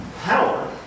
Power